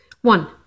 One